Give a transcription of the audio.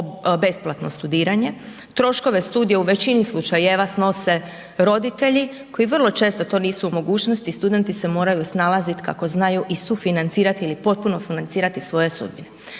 besplatno studiranje, troškove studija u većini slučajeva snose roditelji koji vrlo često to nisu u mogućnosti, studenti se moraju snalazit kako znaju i sufinancirat ili potpuno financirati svoje sudbine,